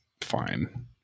fine